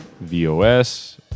VOS